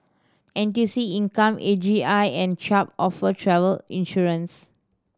N T U C Income A G I and Chubb offer travel insurance